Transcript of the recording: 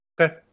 okay